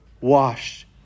washed